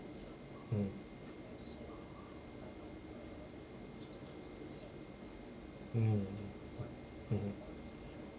mm mm mm mm mm